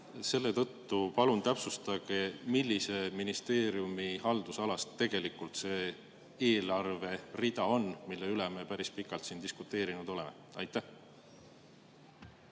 Selle tõttu palun täpsustage, millise ministeeriumi haldusalas tegelikult on see eelarverida, mille üle me päris pikalt diskuteerinud oleme. Tänan,